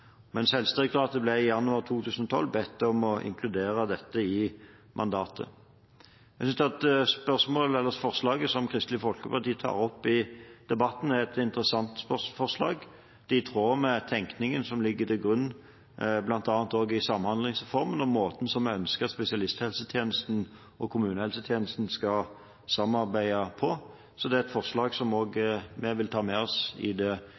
Helsedirektoratet ble i januar 2012 bedt om å inkludere dette i mandatet. Jeg synes at forslaget som Kristelig Folkeparti tar opp i debatten, er et interessant forslag. Det er i tråd med tenkningen som ligger til grunn bl.a. også i Samhandlingsreformen og måten som vi ønsker at spesialisthelsetjenesten og kommunehelsetjenesten skal samarbeide på, så det er et forslag som vi vil ta med oss i det